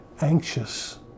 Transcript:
anxious